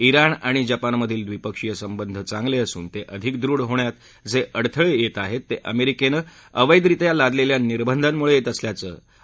जिण आणि जपानमधील द्वीपक्षीय संबंध चांगले असून ते अधिक दृढ होण्यात जे अडथळे येत आहेत ते अमेरिकेनं अवेधरित्या लादलेल्या निर्बंधांमुळे येत असल्याचं अराघघी यावेळी म्हणाले